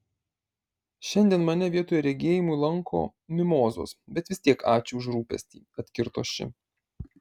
šiandien mane vietoj regėjimų lanko mimozos bet vis tiek ačiū už rūpestį atkirto ši